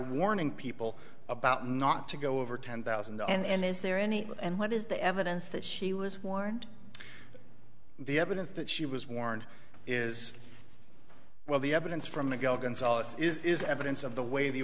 warning people about not to go over ten thousand and is there any and what is the evidence that she was warned the evidence that she was warned is well the evidence from the go gonzales is evidence of the way the